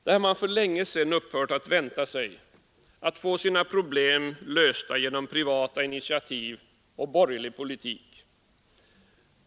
Där har man för länge sedan upphört att vänta sig att få sina problem lösta genom privata initiativ och borgerlig politik.